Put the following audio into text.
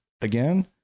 again